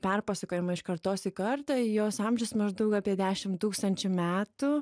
perpasakojama iš kartos į kartą jos amžius maždaug apie dešimt tūkstančių metų